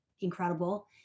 incredible